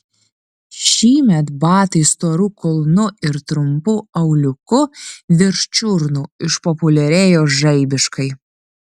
šįmet batai storu kulnu ir trumpu auliuku virš čiurnų išpopuliarėjo žaibiškai